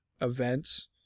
events